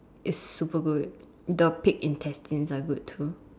is super good the pig intestines are good too